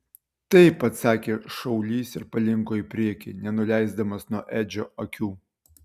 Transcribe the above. taip atsakė šaulys ir palinko į priekį nenuleisdamas nuo edžio akių